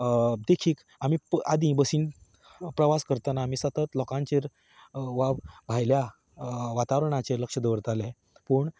देखीक आमीं आदीं बसींत प्रवास करतना आमी सतत लोकांचेर वा भायल्या वातावरणाचेर लक्ष दवरताले पूण